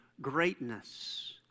greatness